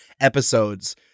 episodes